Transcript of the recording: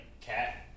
cat